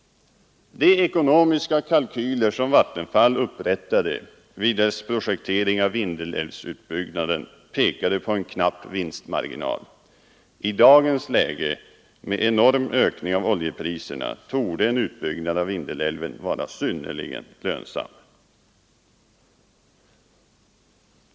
De ekonomiska kalkyler som Vattenfall upprättade vid sin projektering av Vindelälvsutbyggnaden pekade på en knapp vinstmarginal. I dagens läge med enorm ökning av oljepriserna torde en utbyggnad av Vindelälven vara synnerligen lönsam.